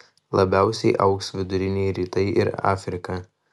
labiausiai augs viduriniai rytai ir afrika